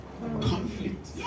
conflict